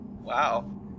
Wow